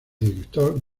director